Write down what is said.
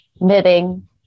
knitting